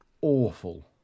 awful